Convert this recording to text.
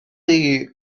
chi